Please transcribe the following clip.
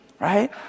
right